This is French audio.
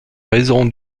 raison